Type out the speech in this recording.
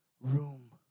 room